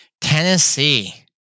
Tennessee